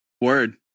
Word